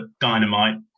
dynamite